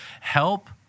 Help